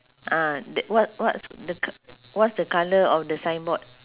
ah th~ what what's the c~ what's the colour of the signboard